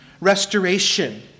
restoration